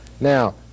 Now